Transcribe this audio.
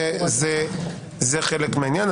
זה חלק מהעניין.